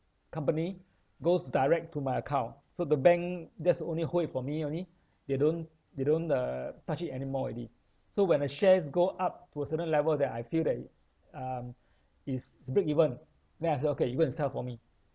company goes direct to my account so the bank just only hold it for me only they don't they don't uh touch it anymore already so when a shares go up to a certain level that I feel that um is is break even then I say okay you go and sell for me